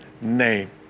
name